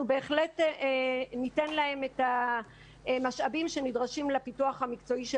אנחנו בהחלט ניתן להם את המשאבים שנדרשים לפיתוח המקצועי של